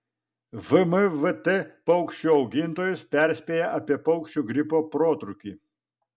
vmvt paukščių augintojus perspėja apie paukščių gripo protrūkį